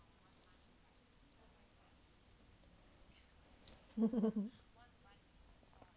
mm mm